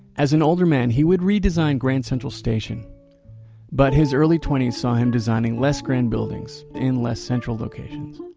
as an older man, he would redesign grand central station but his early twenty s saw him designing less grand buildings in less central locations,